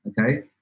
okay